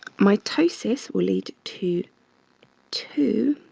mitosis will lead to two